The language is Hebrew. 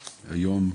היום,